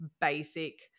basic